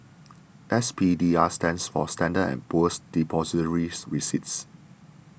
S P D R stands for Standard and Poor's Depositories Receipts